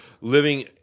living